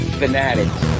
fanatics